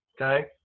okay